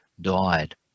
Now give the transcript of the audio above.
died